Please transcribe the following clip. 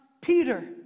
Peter